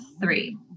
three